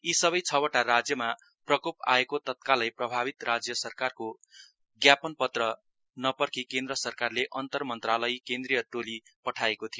यी सबै छवटा राज्यमा प्रकोप आएको तत्कालै प्रभावित राज्य सरकारहरुको ज्ञापन पत्र नपर्खि केन्द्र सरकारले अन्तर मन्त्रालयी केन्द्रिय टोली पठाएको थियो